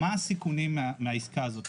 מה הסיכונים מהעסקה הזאת?